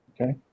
Okay